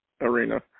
Arena